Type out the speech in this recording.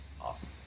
awesome